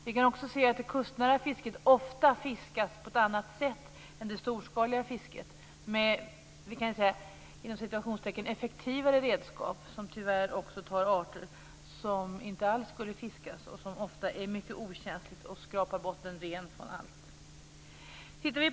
Vi kan också se att det kustnära fisket ofta bedrivs på ett annat sätt än det storskaliga fisket, med "effektivare" redskap, som tyvärr också tar arter som inte alls bör tas och som ofta är mycket okänsliga och skrapar botten ren från allt.